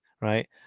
right